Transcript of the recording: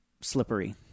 slippery